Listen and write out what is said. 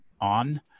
on